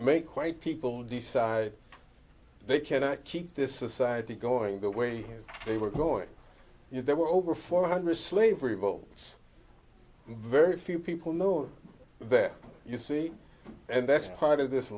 make white people decide they cannot keep this society going the way they were going there were over four hundred slave revolt very few people know that you see and that's part of this